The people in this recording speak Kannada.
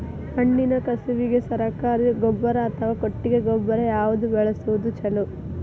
ಮಣ್ಣಿನ ಕಸುವಿಗೆ ಸರಕಾರಿ ಗೊಬ್ಬರ ಅಥವಾ ಕೊಟ್ಟಿಗೆ ಗೊಬ್ಬರ ಯಾವ್ದು ಬಳಸುವುದು ಛಲೋ?